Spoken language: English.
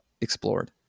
explored